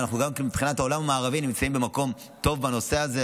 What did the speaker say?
אנחנו גם מבחינת העולם המערבי נמצאים במקום טוב בנושא הזה,